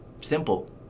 Simple